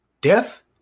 death